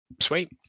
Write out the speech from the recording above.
Sweet